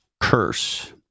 Curse